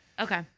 Okay